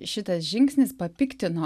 šitas žingsnis papiktino